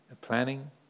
planning